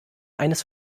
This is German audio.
eines